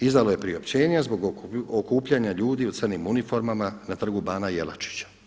Izdalo je priopćenje zbog okupljanja ljudi u crnim uniformama na Trgu Bana Jelačića.